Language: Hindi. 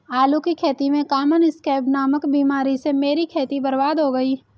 आलू की खेती में कॉमन स्कैब नामक बीमारी से मेरी खेती बर्बाद हो गई